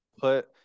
put